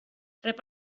rep